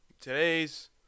today's